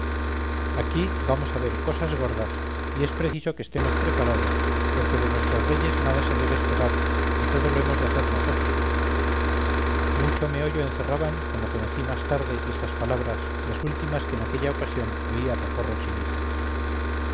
aquí vamos a ver cosas gordas y es preciso que estemos preparados porque de nuestros reyes nada se debe esperar y todo lo hemos de hacer nosotros mucho meollo encerraban como conocí más tarde estas palabras las últimas que en aquella ocasión oí a pacorro chinitas